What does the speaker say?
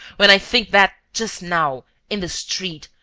when i think that, just now, in the street,